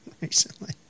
recently